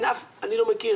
אני לא מכיר,